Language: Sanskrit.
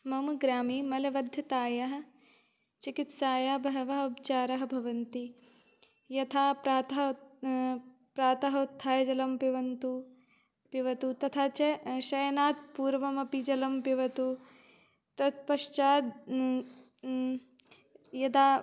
मम ग्रामे मलबद्धतायाः चिकित्सायाः बहवः उपचारः भवन्ति यथा प्रातः प्रातः उत्थाय जलं पिबन्तु पिबतु तथा च शयनात् पूर्वमपि जलं पिबतु तत् पश्चात् यदा